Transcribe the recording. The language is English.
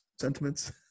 sentiments